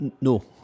No